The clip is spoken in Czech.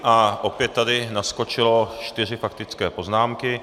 A opět tady naskočily čtyři faktické poznámky.